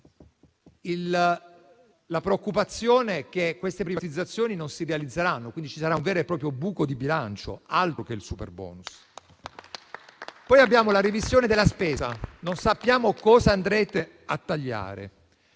la preoccupazione che queste privatizzazioni non si realizzeranno e ci sarà un vero e proprio buco di bilancio: altro che il superbonus. Abbiamo poi la revisione della spesa. Non sappiamo cosa andrete a tagliare.